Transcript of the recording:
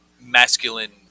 masculine